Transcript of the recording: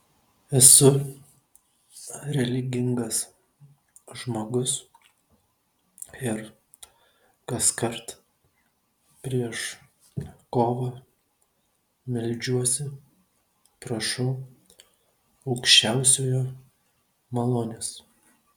esu religingas žmogus ir kaskart prieš kovą meldžiuosi prašau aukščiausiojo malonės